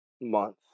month